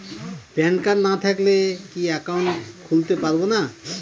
Pan card না থাকলে কি একাউন্ট খুলতে পারবো না?